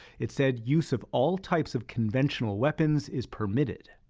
it said, use of all types of conventional weapons is permitted.